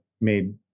made